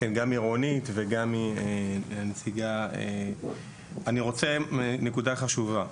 אני רוצה לציין נקודה חשובה.